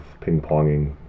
ping-ponging